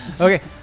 Okay